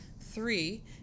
three